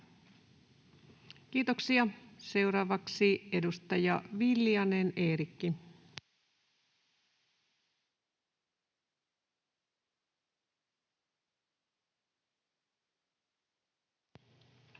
Kiitoksia. — Seuraavaksi edustaja Viljanen, Eerikki. Arvoisa